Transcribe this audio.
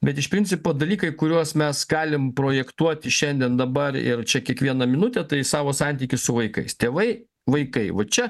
bet iš principo dalykai kuriuos mes galim projektuoti šiandien dabar ir čia kiekvieną minutę tai savo santykius su vaikais tėvai vaikai va čia